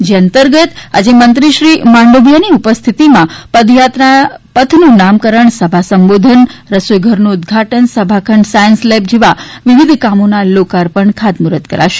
જે અંતર્ગત આજે મંત્રી શ્રી માંડવિયાની ઉપસ્થિતિમાં પદયાત્રા પથનું નામકરણ સભા સંબોધન રસોઈઘરનું ઉદઘાટન સભાખંડ સાયન્સ લેબ જેવા વિવિધ કામોના લોકાર્પણ ખાતમુહૂર્ત કરાશે